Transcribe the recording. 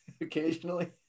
occasionally